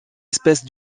espèce